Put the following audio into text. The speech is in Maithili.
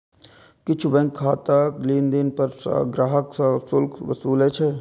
किछु बैंक खाताक लेनदेन पर ग्राहक सं शुल्क वसूलै छै